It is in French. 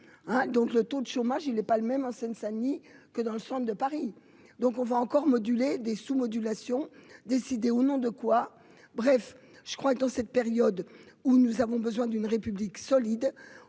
donc le taux de chômage, il n'est pas le même en Seine-Saint-Denis que dans le centre de Paris, donc on va encore modulée des sous, modulation décider au nom de quoi bref, je crois que dans cette période où nous avons besoin d'une République solide